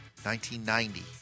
1990